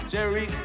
Jerry